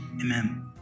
Amen